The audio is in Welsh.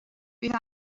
bydd